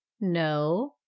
no